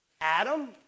Adam